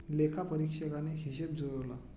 लेखापरीक्षकाने हिशेब जुळवला